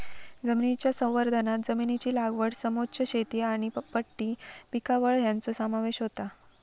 जमनीच्या संवर्धनांत जमनीची लागवड समोच्च शेती आनी पट्टी पिकावळ हांचो समावेश होता